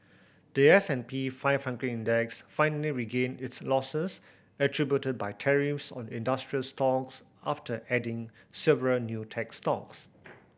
the S and P five hundred Index finally regained its losses attributed by tariffs on industrial stocks after adding several new tech stocks